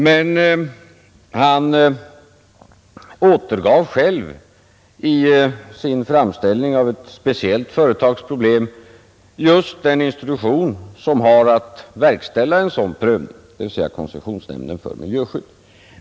Men han angav själv i sin framställning av ett speciellt företags problem just den institution som har att verkställa en sådan prövning, dvs. koncessionsnämnden för miljöskydd.